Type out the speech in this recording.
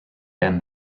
been